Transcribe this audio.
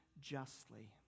justly